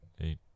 eight